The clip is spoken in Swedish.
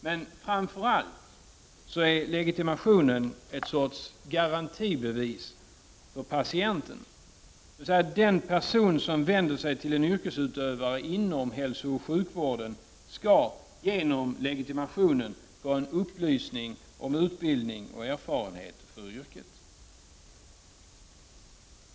Men framför allt är legitimationen en sorts garantibevis för patienten. Den person som vänder sig till en yrkesutövare inom hälsooch sjukvården skall, genom legitimationen, få en upplysning om utbildning och erfarenhet av yrket.